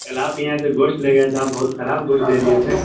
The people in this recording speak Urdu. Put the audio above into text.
کل آپ کے یہاں سے گوشت لے گیا تھا آپ بہت خراب گوشت دے دیئے تھے